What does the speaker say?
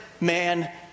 man